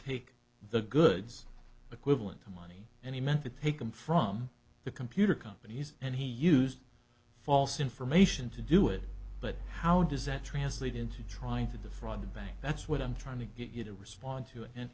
take the goods equivalent to money and he meant it taken from the computer companies and he used false information to do it but how does that translate into trying to defraud the bank that's what i'm trying to get you to respond to and